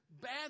bad